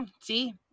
See